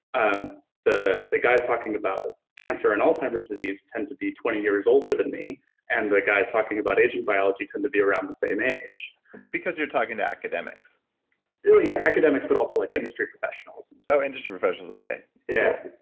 um the the guys talking about cancer and alzheimer's disease tend to be twenty years older than me and the guys talking about aging biology tend to be around the same age because you're talking to academics well, yeah, academics, but also like industry professionals, and so industry professionals, okay yeah.